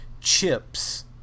chips